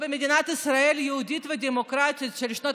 במדינת ישראל היהודית והדמוקרטית של שנת